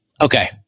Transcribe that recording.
okay